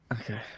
Okay